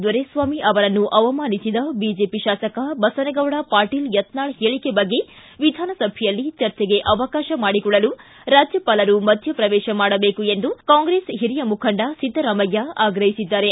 ದೊರೆಸ್ವಾಮಿ ಅವರನ್ನು ಅವಮಾನಿಸಿದ ಬಿಜೆಪಿ ಶಾಸಕ ಬಸನಗೌಡ ಪಾಟೀಲ್ ಯತ್ನಾಲ್ ಹೇಳಿಕೆ ಬಗ್ಗೆ ವಿಧಾನಸಭೆಯಲ್ಲಿ ಚರ್ಚೆಗೆ ಅವಕಾಶ ಮಾಡಿಕೊಡಲು ರಾಜ್ಯಪಾಲರು ಮಧ್ಯಪ್ರವೇಶ ಮಾಡಬೇಕು ಎಂದು ಕಾಂಗ್ರೆಸ್ ಹಿರಿಯ ಮುಖಂಡ ಸಿದ್ದರಾಮಯ್ಯ ಆಗ್ರಹಿಸಿದ್ದಾರೆ